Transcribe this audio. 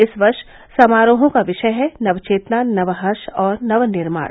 इस वर्ष समारोहों का विषय है नवचेतना नवहर्ष और नव निर्माण